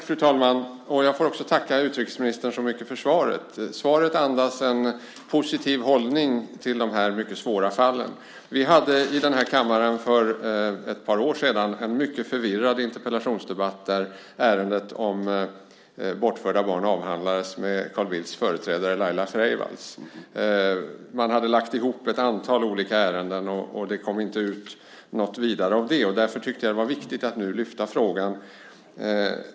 Fru talman! Jag får tacka utrikesministern så mycket för svaret, som andas en positiv hållning till de här mycket svåra fallen. Vi hade för ett par år sedan i denna kammare en mycket förvirrad interpellationsdebatt där frågan om bortförda barn avhandlades med Carl Bildts företrädare Laila Freivalds. Man hade lagt ihop ett antal olika ärenden, och det kom inte ut något vidare av det. Därför tyckte jag att det var viktigt att nu lyfta upp frågan.